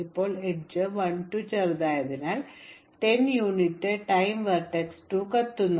ഇപ്പോൾ എഡ്ജ് 1 2 ചെറുതായതിനാൽ 10 unit time vertex 2 കത്തുന്നു